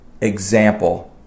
example